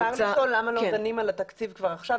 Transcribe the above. אפשר לשאול למה לא דנים על התקציב כבר עכשיו?